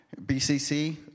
BCC